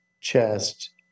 chest